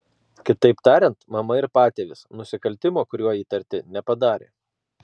kitaip tariant mama ir patėvis nusikaltimo kuriuo įtarti nepadarė